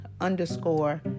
underscore